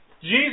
Jesus